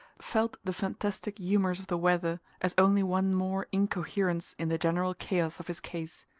felt the fantastic humours of the weather as only one more incoherence in the general chaos of his case.